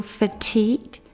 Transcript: fatigue